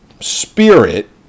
spirit